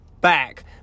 back